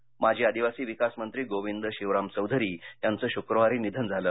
धुळे माजी आदिवासी विकास मंत्री गोविंद शिवराम चौधरी यांचं शुक्रवारी निधन झालं